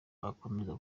akomeje